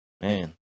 Man